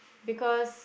because